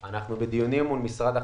אנחנו בדיונים מול משרד החקלאות.